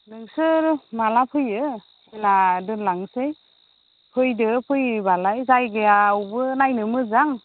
नोंसोर माला फैयो फैला दोनलांसै फैदो फैयोबालाय जायगायावबो नायनो मोजां